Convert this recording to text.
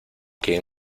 quien